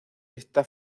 está